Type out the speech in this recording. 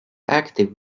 active